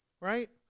right